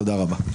תודה רבה.